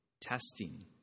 testing